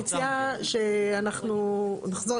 אני מציעה שאנחנו נחזור,